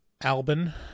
Albin